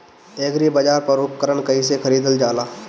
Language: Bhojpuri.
एग्रीबाजार पर उपकरण कइसे खरीदल जाला?